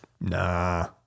Nah